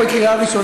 איך אתה מרשה, מיקי?